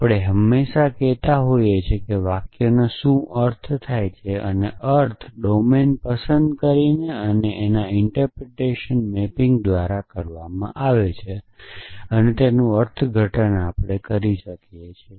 આપણે હંમેશાં કહેતા હોય છે કે વાક્યનો શું અર્થ થાય છે અને અર્થ ડોમેન પસંદ કરીને અને અર્થઘટન મેપિંગ દ્વારા આપવામાં આવે છે તેનો અર્થઘટન કરી શકીએ છીએ